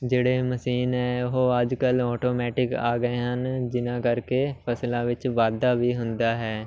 ਜਿਹੜੇ ਮਸ਼ੀਨ ਹੈ ਉਹ ਅੱਜ ਕੱਲ੍ਹ ਆਟੋਮੈਟਿਕ ਆ ਗਏ ਹਨ ਜਿਹਨਾਂ ਕਰਕੇ ਫਸਲਾਂ ਵਿੱਚ ਵਾਧਾ ਵੀ ਹੁੰਦਾ ਹੈ